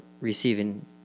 receiving